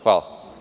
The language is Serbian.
Hvala.